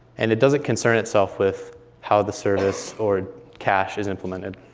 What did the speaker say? and it doesn't concern itself with how the service or cache is implemented.